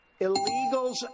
illegals